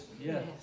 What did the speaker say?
Yes